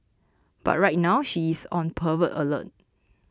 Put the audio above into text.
but right now she is on pervert alert